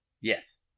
Yes